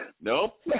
nope